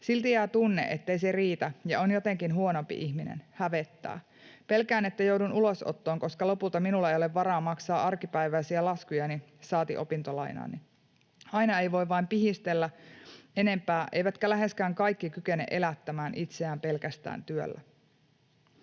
Silti jää tunne, ettei se riitä ja on jotenkin huonompi ihminen — hävettää. Pelkään, että joudun ulosottoon, koska lopulta minulla ei ole varaa maksaa arkipäiväisiä laskujani, saati opintolainaani. Aina ei voi vaan pihistellä enempää, eivätkä läheskään kaikki kykene elättämään itseään pelkästään työllä.”